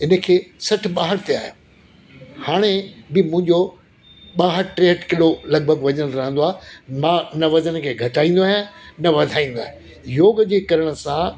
इनखे सठि ॿाहठि ते आहियां हाणे बि मुंहिंजो ॿाहठि टेहठि किलो लॻभॻि वज़न रहंदो आहे मां उन वज़न खे घटाईंदो आहियां न वधाईंदो आहियां योग जे करण सां